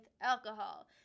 alcohol